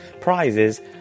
prizes